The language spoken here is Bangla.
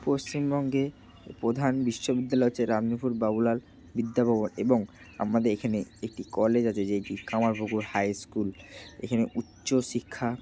পশ্চিমবঙ্গে প্রধান বিশ্ববিদ্যালয় হচ্ছে রামণিপুর বাবুলাল বিদ্যাভবন এবং আমাদের এখানে একটি কলেজ আছে যেটি কামারপুকুর হাই স্কুল এখানে উচ্চশিক্ষা